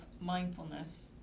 mindfulness